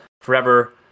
forever